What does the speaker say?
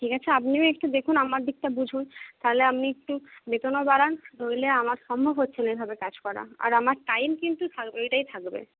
ঠিক আছে আপনিও একটু দেখুন আমার দিকটা বুঝুন তাহলে আপনি একটু বেতনও বাড়ান নইলে আমার সম্ভব হচ্ছে না এভাবে কাজ করা আর আমার টাইম কিন্তু ওইটাই থাকবে